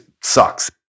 sucks